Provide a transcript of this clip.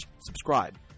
subscribe